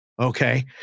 Okay